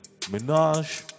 Minaj